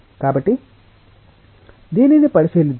కాబట్టి దానిని పరిశీలిద్దాం